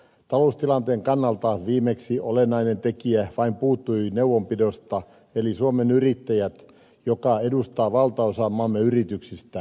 taloustilanteen kannalta olennainen tekijä viimeksi vain puuttui neuvonpidosta eli suomen yrittäjät joka edustaa valtaosaa maamme yrityksistä